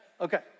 Okay